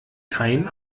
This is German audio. kein